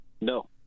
No